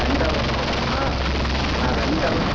ரெண்டு ஹவர் ஆ ஆ ரெண்டு ஹவர்